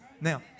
Now